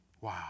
Wow